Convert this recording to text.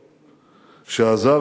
שהזר,